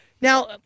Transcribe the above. now—